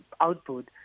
output